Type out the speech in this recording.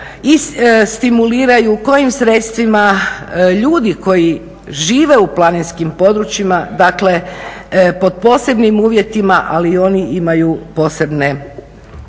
i stimuliraju, kojim sredstvima ljudi koji žive u planinskim područjima, dakle pod posebnim uvjetima ali oni imaju posebne, posebna